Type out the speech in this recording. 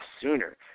sooner